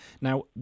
Now